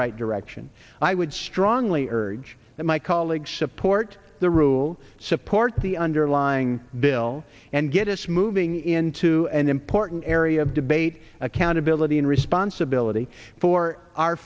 right direction i would strong only urge my colleagues support the rule support the underlying bill and get us moving into an important area of debate accountability and responsibility for our